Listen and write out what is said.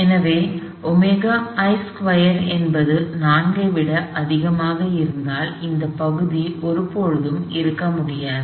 எனவே ωi2 என்பது 4 ஐ விட அதிகமாக இருந்தால் இந்த பகுதி ஒருபோதும் இருக்க முடியாது